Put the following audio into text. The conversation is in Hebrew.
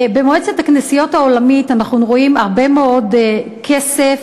במועצת הכנסיות העולמית אנחנו רואים הרבה מאוד כסף